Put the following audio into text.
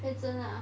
Peizhen ah